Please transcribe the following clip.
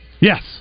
yes